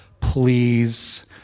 Please